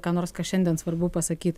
ką nors ką šiandien svarbu pasakyt